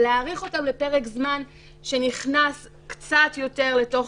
להאריך אותן לפרק זמן שניכנס קצת יותר לתוך